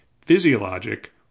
physiologic